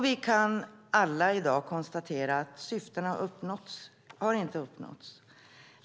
Vi kan alla i dag konstatera att dessa syften inte har uppnåtts.